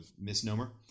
misnomer